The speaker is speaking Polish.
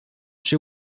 się